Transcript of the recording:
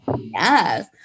yes